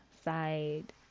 side